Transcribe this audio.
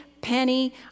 penny